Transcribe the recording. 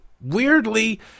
weirdly